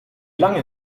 lange